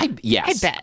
Yes